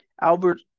Albert